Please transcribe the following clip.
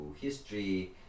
history